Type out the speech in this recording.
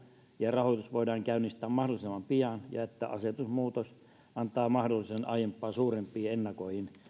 ja rahoitus voidaan käynnistää mahdollisimman pian ja että asetusmuutos antaa mahdollisuuden aiempaa suurempiin ennakoihin